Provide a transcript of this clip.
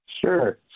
Sure